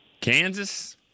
Kansas